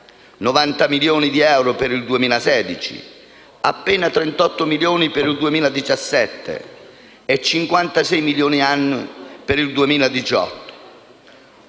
90 milioni di euro per il 2016, appena 38 milioni per il 2017 e 56 milioni annui dal 2018.